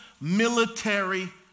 military